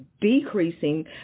decreasing